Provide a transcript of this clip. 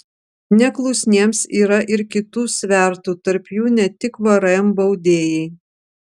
neklusniems yra ir kitų svertų tarp jų ne tik vrm baudėjai